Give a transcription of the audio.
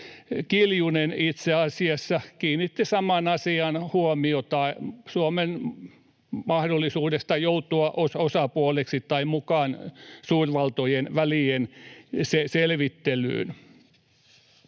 Kiljunen itse asiassa kiinnitti samaan asiaan huomiota Suomen mahdollisuudesta joutua osapuoleksi tai mukaan suurvaltojen välienselvittelyyn.